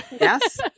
yes